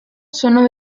sono